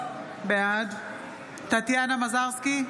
בעד טטיאנה מזרסקי,